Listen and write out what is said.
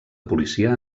policia